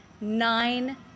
nine